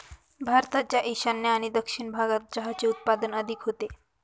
भारताच्या ईशान्य आणि दक्षिण भागात चहाचे उत्पादन अधिक होते